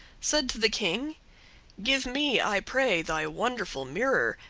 said to the king give me, i pray, thy wonderful mirror,